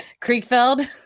Creekfeld